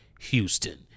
Houston